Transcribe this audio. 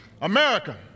America